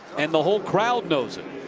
and the whole crowd knows it.